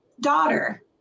daughter